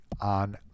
on